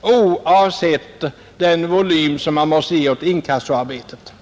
oavsett den volym som man måste ge åt inkassoarbetet.